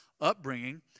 upbringing